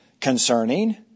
concerning